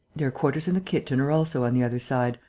their quarters and the kitchen are also on the other side.